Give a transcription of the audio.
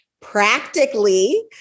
practically